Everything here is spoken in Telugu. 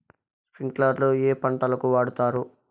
స్ప్రింక్లర్లు ఏ పంటలకు వాడుతారు?